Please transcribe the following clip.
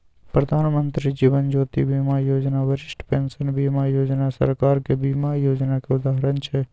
प्रधानमंत्री जीबन ज्योती बीमा योजना, बरिष्ठ पेंशन बीमा योजना सरकारक बीमा योजनाक उदाहरण छै